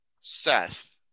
Seth